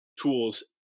tools